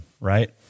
right